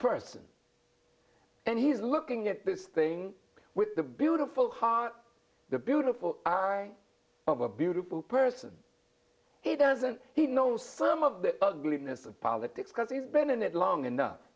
person and he's looking at this thing with the beautiful the beautiful eye of a beautiful person he doesn't he knows some of the ugliness of politics because he's been in it long enough